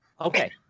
Okay